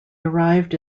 arrived